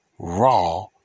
Raw